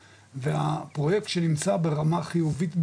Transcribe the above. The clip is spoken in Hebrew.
והפרויקט שנמצא ברמה חיובית ביותר,